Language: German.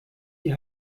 die